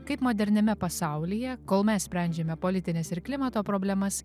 kaip moderniame pasaulyje kol mes sprendžiame politines ir klimato problemas